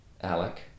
Alec